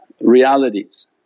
realities